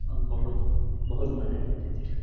اور بہت بہت مزا لیتے تھے